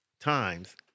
times